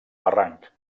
barranc